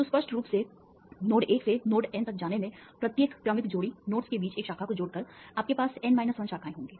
तो स्पष्ट रूप से नोड 1 से नोड N तक जाने में प्रत्येक क्रमिक जोड़ी नोड्स के बीच एक शाखा को जोड़कर आपके पास N 1 शाखाएं होंगी